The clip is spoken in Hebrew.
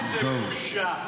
איזה בושה.